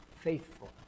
Faithful